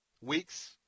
weeks